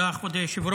תודה, כבוד היושב-ראש.